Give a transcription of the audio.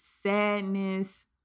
sadness